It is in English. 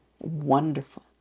Wonderful